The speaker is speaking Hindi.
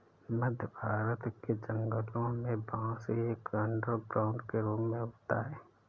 मध्य भारत के जंगलों में बांस एक अंडरग्राउंड के रूप में उगता है